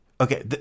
Okay